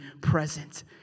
present